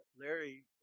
Larry